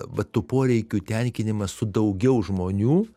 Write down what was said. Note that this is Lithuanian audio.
vat tų poreikių tenkinimas su daugiau žmonių